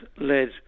led